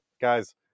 guys